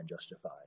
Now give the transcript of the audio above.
justified